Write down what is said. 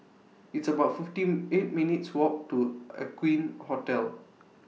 It's about fifteen eight minutes' Walk to Aqueen Hotel